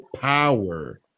power